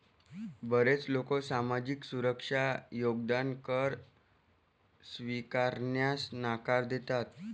बरेच लोक सामाजिक सुरक्षा योगदान कर स्वीकारण्यास नकार देतात